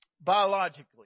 biologically